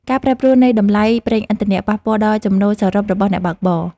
ការប្រែប្រួលនៃតម្លៃប្រេងឥន្ធនៈ ប៉ះពាល់ដល់ចំណូលសរុបរបស់អ្នកបើកបរ។